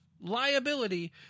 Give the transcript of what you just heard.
liability